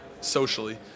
socially